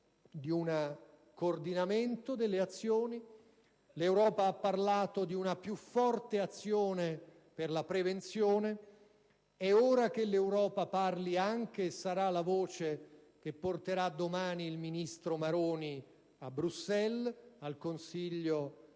di un coordinamento delle azioni e di una più forte azione per la prevenzione: è ora che l'Europa - questa sarà la voce che porterà domani il ministro Maroni a Bruxelles al Consiglio